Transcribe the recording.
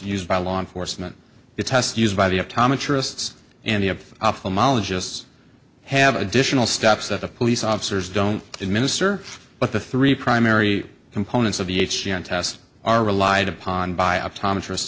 used by law enforcement the test used by the atomic tourists any of ophthalmologists have additional steps that the police officers don't administer but the three primary components of each test are relied upon by optometrist